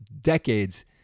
decades